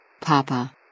Papa